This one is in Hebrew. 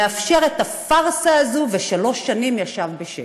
מאפשר את הפארסה הזאת, ושלוש שנים ישב בשקט.